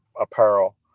apparel